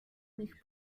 nich